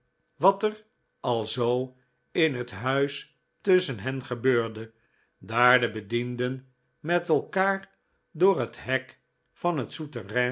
wat er al zoo in het huis tusschen hen gebeurde daar de bedienden met elkaar door het hek van het